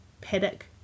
paddock